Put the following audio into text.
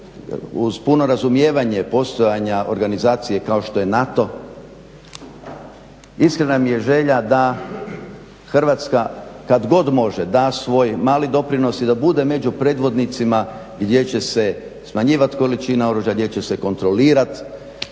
uz puno razumijevanje postojanja organizacije kao što je NATO, iskrena mi je želja da Hrvatska kad god može da svoj mali doprinos i da bude među predvodnicima gdje će se smanjivati količina oružja, gdje će se kontrolirati